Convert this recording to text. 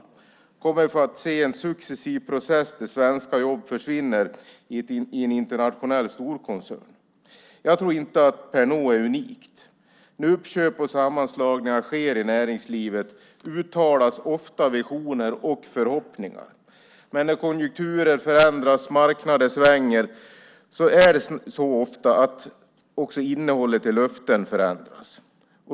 Vi kommer att se en successiv process där svenska jobb försvinner i en internationell storkoncern. Jag tror inte att Pernod är unikt. När uppköp och sammanslagningar sker i näringslivet uttalas ofta visioner och förhoppningar. Men när konjunkturer förändras och marknader svänger förändras ofta innehållet i löften.